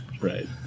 Right